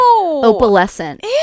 opalescent